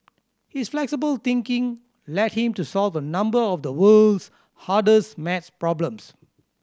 his flexible thinking led him to solve a number of the world's hardest maths problems